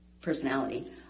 personality